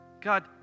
God